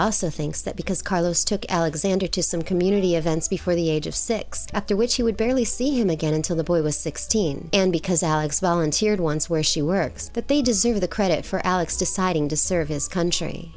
to think that because carlos took alexander to some community events before the age of six after which she would barely see him again until the boy was sixteen and because alex volunteered once where she works that they deserve the credit for alex deciding to serve his country